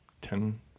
ten